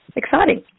exciting